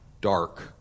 dark